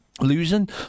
losing